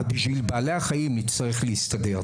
אז בשביל בעלי החיים נצטרך להסתדר.